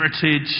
heritage